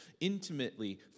intimately